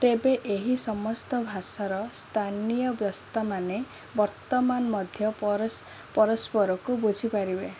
ତେବେ ଏହି ସମସ୍ତ ଭାଷାର ସ୍ଥାନୀୟ ବ୍ୟସ୍ତା ମାନେ ବର୍ତ୍ତମାନ ମଧ୍ୟ ପରସ୍ପରକୁ ବୁଝିପାରିବେ